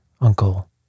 uncle